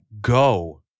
go